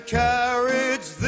carriage